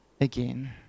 again